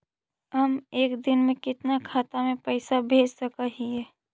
हम एक दिन में कितना खाता में पैसा भेज सक हिय?